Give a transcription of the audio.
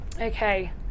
okay